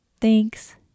Thanks